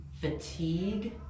Fatigue